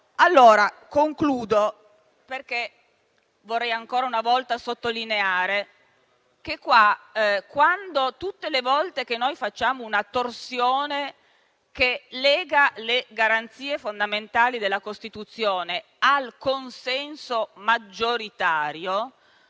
In conclusione, vorrei ancora una volta sottolineare che, tutte le volte che operiamo una torsione che lega le garanzie fondamentali della Costituzione al consenso maggioritario,